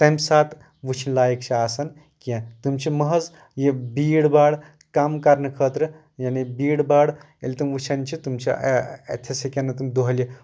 تَمہِ ساتہٕ وٕچھِنۍ لایق چھِ آسان کیٚنٛہہ تِم چھِ محظ یہِ بیٖڈ باڑ کَم کرنہٕ خٲطرٕ یعنے بیٖڈ باڑ ییٚلہِ تُم وٕچھان چھِ تُم چھِ اَتھیٚس ہٮ۪کن نہٕ تُم دۄہلہِ